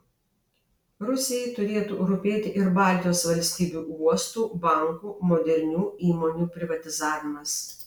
rusijai turėtų rūpėti ir baltijos valstybių uostų bankų modernių įmonių privatizavimas